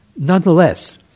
Nonetheless